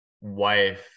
wife